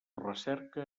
recerca